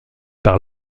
par